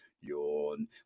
Yawn